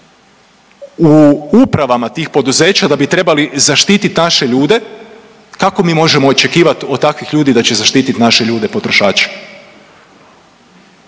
u upravama tih poduzeća da bi trebali zaštititi naše ljude kako mi možemo očekivati od takvih ljudi da će zaštititi naše ljude potrošače,